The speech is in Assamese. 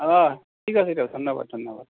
অঁ ঠিক আছে দিয়ক ধন্যবাদ ধন্যবাদ